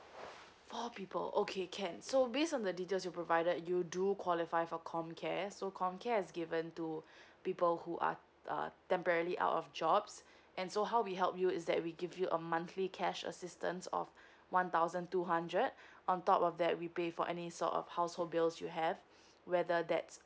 four people okay can so based on the details you provided you do qualify for comcare so comcare is given to people who are uh temporarily out of jobs and so how we help you is that we give you a monthly cash assistance of one thousand two hundred on top of that we pay for any sort of household bills you have whether that's